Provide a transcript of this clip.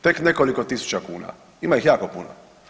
Tek nekoliko tisuća kuna, ima ih jako puno.